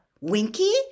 Winky